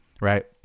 right